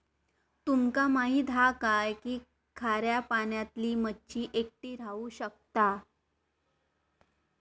तुमका माहित हा काय की खाऱ्या पाण्यातली मच्छी एकटी राहू शकता